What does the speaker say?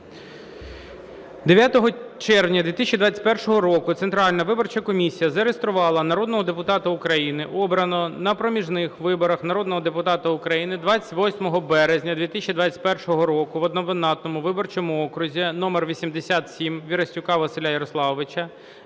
9 червня 2021 року Центральна виборча комісія зареєструвала народного депутата України, обраного на проміжних виборах народного депутата України 28 березня 2021 року в одномандатному виборчому окрузі № 87 Вірастюка Василя Ярославовича.